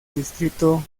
distrito